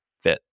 fit